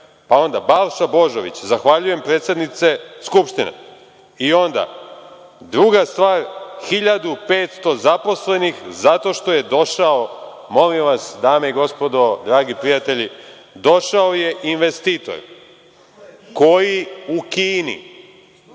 replika. Balša Božović – zahvaljujem, predsednice Skupštine. Onda druga stvar - 1500 zaposlenih zato što je došao, molim vas dame i gospodo dragi prijatelji, došao je investitor koji u Kini